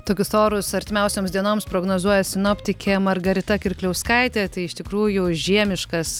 tokius orus artimiausioms dienoms prognozuoja sinoptikė margarita kirkliauskaitė tai iš tikrųjų žiemiškas